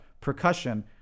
percussion